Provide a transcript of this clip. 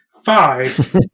Five